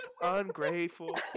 ungrateful